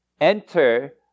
enter